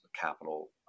capital